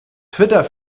twitter